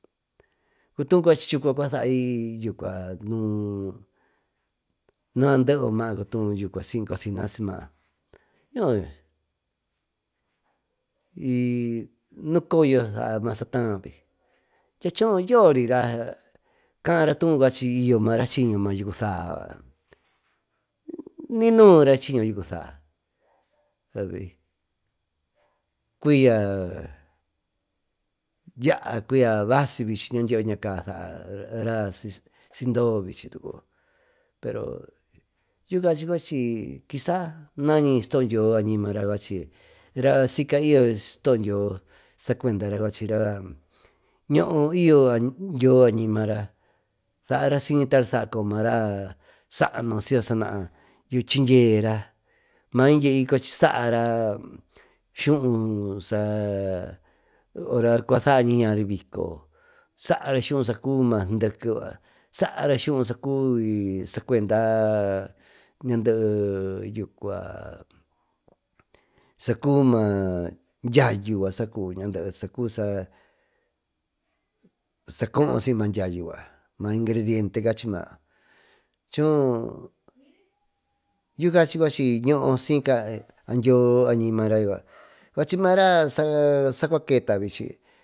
Cuu tuú cuachi chucua sai maá cocina si maá nuú y nucoyo saa masa taavi choo yoori caaratuú y yo maa raa chiño mayoo saa ninuura chiño yu cusaá abi cuiya basi vichi ñandyeeyo cua saara sin doo bichi cutuu pero yuu cachi kisaa nañi studyio sacuendara añimara cuachi raa yucua ñoo y yo dyoo añimara savasi cacua saa ma raa saanu chindyeera mai dyei cuachi saara skuu saá ora cuaa sañi ñari bico saara skuú sacuenda maa sindeke yucua saaras skuú sacuenda ñandee sa cuvi dyianyu ñandee ñandee sacubi ingrediente choo yuu cachi ñoo siyca dyioo añimara cuachi maraa sa cua keta bichi.